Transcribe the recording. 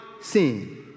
sin